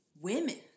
Women